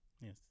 Yes